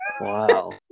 Wow